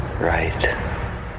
right